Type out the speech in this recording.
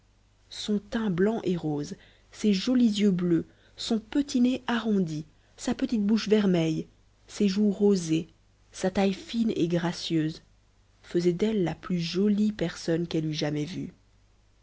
son teint blanc et rosé ses jolis yeux bleus son petit nez arrondi sa petite bouche vermeille ses joues rosées sa taille fine et gracieuse faisaient d'elle la plus jolie personne qu'elle eût jamais vue